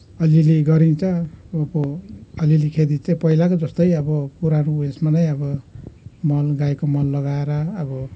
अलिअलि गरिन्छ अब अलिअलि खेती त पहिलाको जस्तै पुरानो उयसमा नै अब मल गाईको मल लगाएर अब